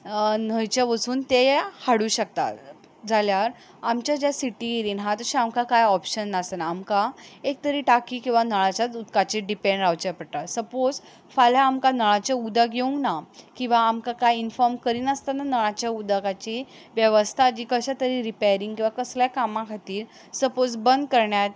न्हंयचें वचून तें हाडूं शकता जाल्यार आमचे जे सिटीन आसा तशें आमकां कांय ऑप्शन आसना आमकां एक तरी टांकी किंवा नळाच्याच उदकाची डिपेंड रावचें पडटा सपोज फाल्यां आमकां नळाचें उदक येवंक ना किंवा आमकां कांय इनफोम करिनासतना नळाचे उदकाची वेवस्ता कशा तरी रिपेरींग किंवा कसल्या कामां खातीर सपोज बंद करण्यांत